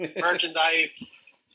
merchandise